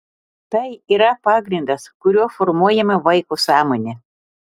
tai yra pagrindas kuriuo formuojama vaiko sąmonė